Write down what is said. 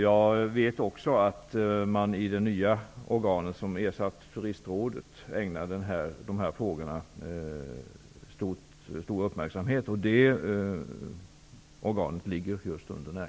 Jag vet också att man i det nya organ som har ersatt Turistrådet har ägnat dessa frågor stor uppmärksamhet. Detta organ sorterar just under